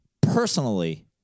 personally